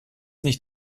nicht